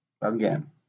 Again